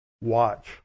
watch